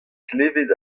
klevet